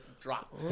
drop